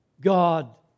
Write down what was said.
God